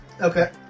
Okay